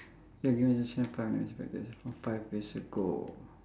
you are given the chance five minutes back to yourself five years ago